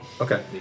Okay